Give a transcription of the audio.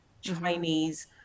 Chinese